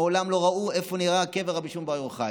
מעולם לא ראו איך נראה הקבר של רבי שמעון בר יוחאי,